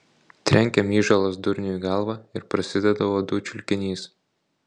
trenkia myžalas durniui į galvą ir prasideda uodų čiulkinys